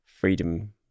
freedom